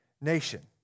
nation